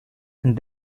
and